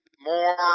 more